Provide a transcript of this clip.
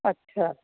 अच्छा